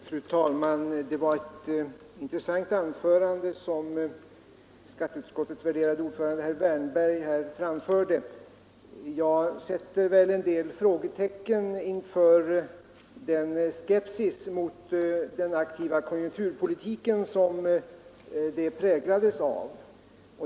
Fru talman! Det var ett intressant anförande som skatteutskottets värderade ordförande herr Wärnberg höll. Jag ställer mig dock frågande inför den skepsis mot den aktiva konjunkturpolitiken som det präglades av.